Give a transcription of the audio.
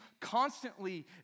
constantly